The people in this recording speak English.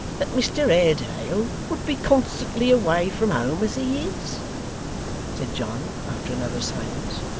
that mr haredale would be constantly away from home, as he is said john, after another silence.